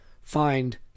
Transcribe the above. find